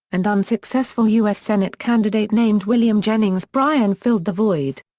and unsuccessful u s. senate candidate named william jennings bryan filled the void.